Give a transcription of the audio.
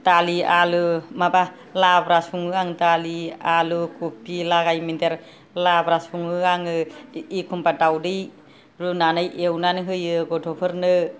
दालि आलु माबा लाब्रा सङो आं दालि आलु कफि लागाय मोनदेर लाब्रा सङो आङो एखम्बा दाउदै रुनानै एवनानै होयो गथ'फोरनो